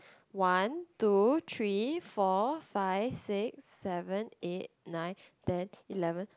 one two three four five six seven eight nine ten eleven